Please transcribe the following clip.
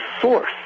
source